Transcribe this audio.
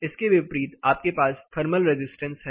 इसके विपरीत आपके पास थर्मल रेजिस्टेंस है